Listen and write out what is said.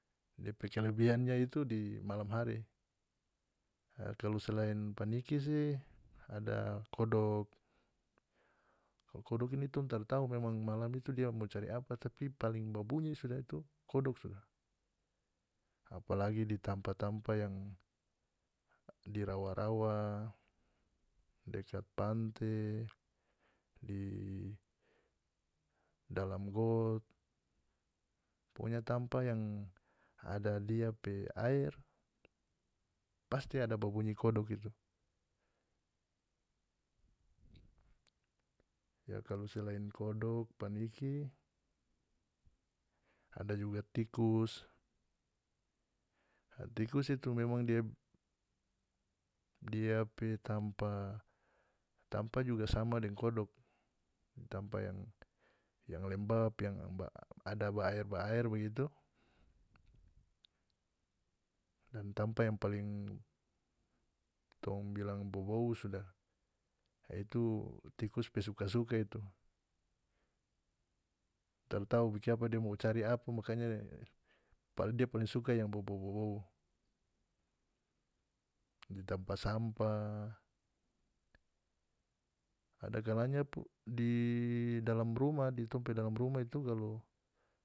Depe kelebihannya itu di malam hari e kalu selain paniki si ada kodok kalu kodok ini tong tara tau memang malam itu dia mo cari apa tapi paling babunyi sudah itu kodok sudah apalagi di tampa-tampa yang di rawa-rawa dekat pante di dalam got pokonya tampa yang ada dia pe aer pasti ada ba bunyi kodok itu ya kalau selain kodok paniki ada juga tikus a tikus itu memang dia dia pe tampa tampa juga sama deng kodok tampa yang yang lembab yang ada ba aer-aer bagitu dan tampa yang paling tong bilang bobou sudah a itu tikus pe suka-suka itu taratau bikiapa dia mo cari apa makanya dia paling suka yang bobou-bobou di tampa sampah ada kalanya di dalam rumah di tong pe dalam rumah itu kalu.